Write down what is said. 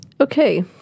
Okay